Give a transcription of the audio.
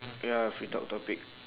ya free talk topic